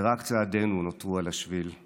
ורק צעדינו נותרו על השביל /